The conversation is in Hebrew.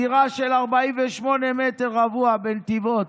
דירה של 48 מטר רבוע בנתיבות.